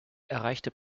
erreichte